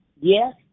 Yes